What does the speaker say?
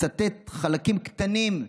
אצטט חלקים קטנים,